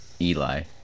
Eli